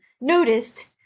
noticed